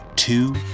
two